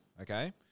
Okay